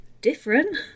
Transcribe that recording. different